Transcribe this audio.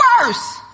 worse